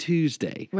Tuesday